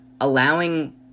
allowing